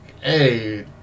hey